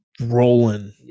rolling